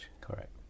Correct